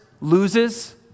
loses